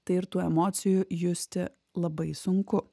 tai ir tų emocijų justi labai sunku